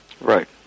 Right